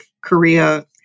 Korea